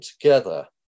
together